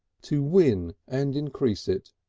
to win and increase it,